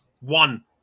One